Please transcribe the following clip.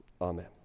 Amen